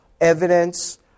evidence